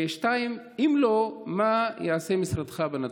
2. אם לא, מה יעשה משרדך בנדון?